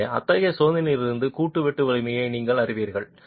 எனவே அத்தகைய சோதனையிலிருந்து கூட்டு வெட்டு வலிமையை நீங்கள் அறிவீர்கள்